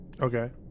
okay